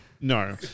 No